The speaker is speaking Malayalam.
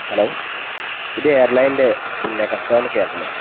ഹലോ ഇത് എയർലൈനിൻ്റെ പിന്നെ കസ്റ്റമർ കെയറല്ലേ